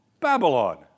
Babylon